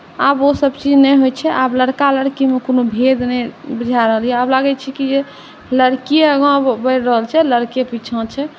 आब ओसभ चीज नहि होइत छै आब लड़का लड़कीमे कोनो भेद नहि बुझा रहल यए आब लागैत छै जे लड़किए आगाँ बढ़ि रहल छै आ लड़के पीछाँ छै